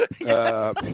Yes